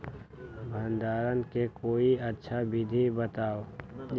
भंडारण के कोई अच्छा विधि बताउ?